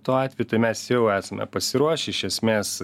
tuo atveju tai mes jau esame pasiruošę iš esmės